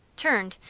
turned,